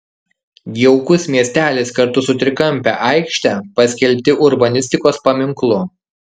jaukus miestelis kartu su trikampe aikšte paskelbti urbanistikos paminklu